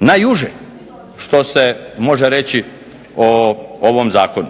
najuže što se može reći o ovom zakonu.